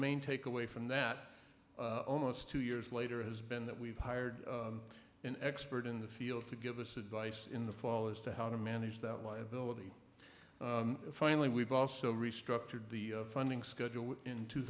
main takeaway from that almost two years later has been that we've hired an expert in the field to give us advice in the fall as to how to manage that liability finally we've also restructured the funding schedule in two